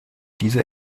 dieser